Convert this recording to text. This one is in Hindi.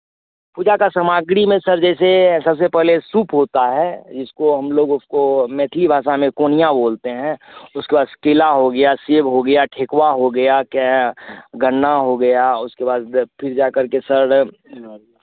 पूजा का समाग्री में सर जैसे सबसे पहले सूप होता है जिसको हम लोग उसको मैथिली भाषा में कोनियाँ बोलते हैं उसके बाद केला हो गया सेब हो गया ठेकुवा हो गया क्या गन्ना हो गया उसके बाद फिर जाकर के सर